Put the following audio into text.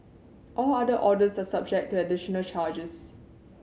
all other orders are subject to additional charges